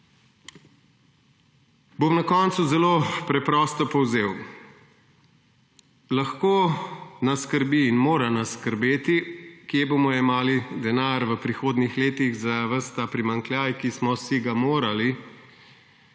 Na koncu bom zelo preprosto povzel. Lahko nas skrbi in mora nas skrbeti, kje bomo jemali denar v prihodnjih letih za ves ta primanjkljaj, ki smo si ga morali